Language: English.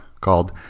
called